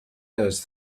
those